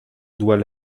doit